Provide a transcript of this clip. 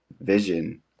vision